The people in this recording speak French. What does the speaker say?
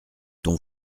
ton